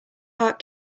heart